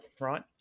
right